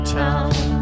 town